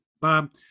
Bob